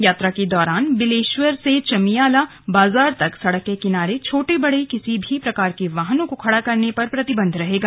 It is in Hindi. यात्रा के दौरान बिलेश्वर से चमियाला बाजार तक सड़क के किनारे छोटे बड़े किसी भी प्रकार के वाहनों को खड़ा करने पर प्रतिबंध होगा